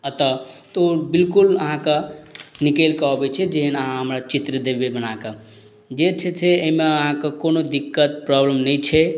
अतऽ तऽ ओ बिल्कुल अहाँक निकलि कऽ अबय छै जेहन अहाँ हमरा चित्र देबय बनाकऽ जे छै से अइमे अहाँक कोनो दिक्कत प्रॉब्लम नहि छै